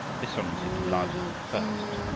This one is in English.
this one was even larger than the first,